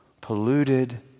polluted